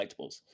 collectibles